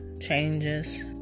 changes